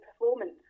performance